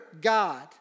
God